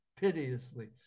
piteously